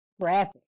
graphic